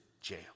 jail